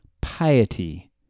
Piety